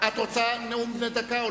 את רוצה נאום בן דקה?